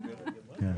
כן,